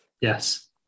Yes